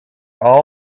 all